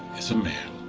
is a man.